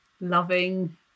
loving